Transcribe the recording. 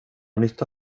nytta